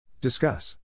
Discuss